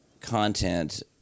content